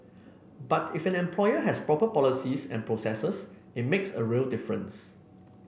but if an employer has proper policies and processes it makes a real difference